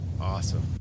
Awesome